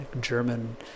German